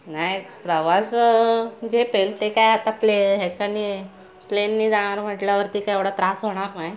नाही प्रवास झेपेल ते काय आता प्ले ह्याचाने प्लेनने जाणार म्हटल्यावरती काय एवढा त्रास होणार नाही